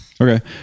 Okay